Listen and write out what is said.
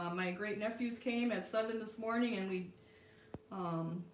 um my great nephews came at seven this morning and we um,